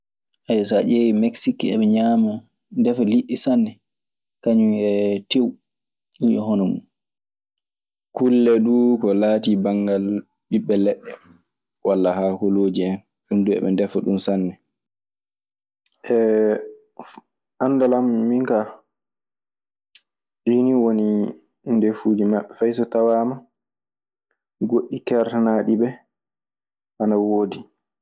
So a ƴeewii meksik ece ñaama, ndefa liɗɗi sanne kañun e teew. Ɗun en hono mun. Kulle duu ko laatii banngal ɓiɓɓe leɗɗe walla haakolooji en. Ɗun duu eɓe ndefa ɗun sanne. e anndal an minka, ɗii ni ngoni ɗefuuji maɓɓe fey so tawaama goɗɗi kertanaaɗi ɓe ana woodi.